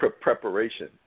preparation